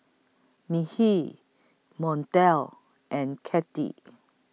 Mekhi Montel and Katy